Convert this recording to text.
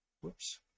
whoops